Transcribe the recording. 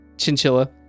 chinchilla